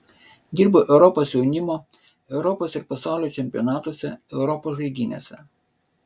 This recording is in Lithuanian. dirbau europos jaunimo europos ir pasaulio čempionatuose europos žaidynėse